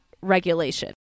regulation